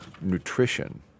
nutrition